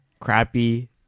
crappy